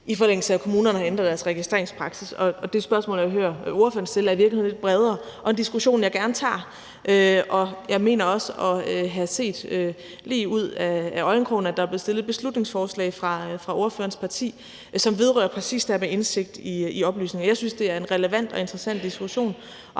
i forlængelse af at kommunerne ændrede deres registreringspraksis. Det spørgsmål, jeg hører ordføreren stille, er i virkeligheden lidt bredere, og det er en diskussion, jeg gerne tager. Jeg mener også at have set ud af øjenkrogen, at der er blevet fremsat et beslutningsforslag af ordførerens parti, som vedrører præcis det her med indsigt i oplysningerne. Jeg synes, det er en relevant og interessant diskussion,